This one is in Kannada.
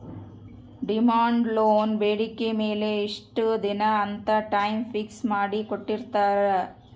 ಡಿಮಾಂಡ್ ಲೋನ್ ಬೇಡಿಕೆ ಮೇಲೆ ಇಷ್ಟ ದಿನ ಅಂತ ಟೈಮ್ ಫಿಕ್ಸ್ ಮಾಡಿ ಕೋಟ್ಟಿರ್ತಾರಾ